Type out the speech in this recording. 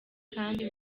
kandi